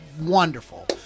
wonderful